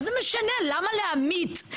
למה להמית,